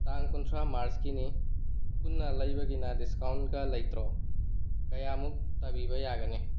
ꯇꯥꯡ ꯀꯨꯟꯊ꯭ꯔꯥ ꯃꯥꯔꯁꯀꯤꯅꯤ ꯄꯨꯟꯅ ꯂꯩꯕꯒꯤꯅ ꯗꯤꯁꯀꯥꯎꯟꯒ ꯂꯩꯇ꯭ꯔꯣ ꯀꯌꯥꯃꯨꯛ ꯇꯥꯕꯤꯕ ꯌꯥꯒꯅꯤ